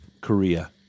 Korea